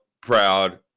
proud